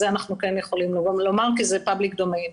את זה אנחנו כן יכולים לומר כי זה פאבליק דומיין.